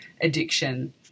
addiction